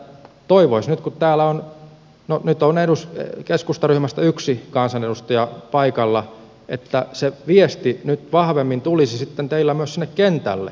toivoisi nyt kun täällä on no keskustan ryhmästä yksi kansanedustaja paikalla että se viesti nyt vahvemmin tulisi sitten teillä myös sinne kentälle